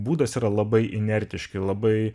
būdas yra labai inertiški labai